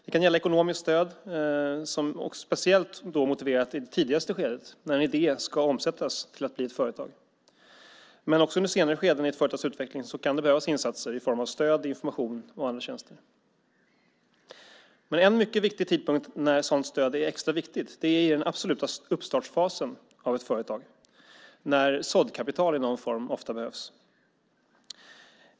Det kan gälla ekonomiskt stöd, som är speciellt motiverat i det tidigaste skedet, när en idé ska omsättas till att bli ett företag. Men också i senare skeden i ett företags utveckling kan det behövas insatser i form av stöd, information och andra tjänster. En mycket viktig tidpunkt när ett sådant stöd är extra viktigt är den absoluta uppstartsfasen av ett företag, när såddkapital i någon form ofta behövs.